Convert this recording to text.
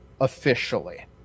officially